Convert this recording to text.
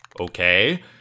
Okay